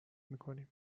میکنیم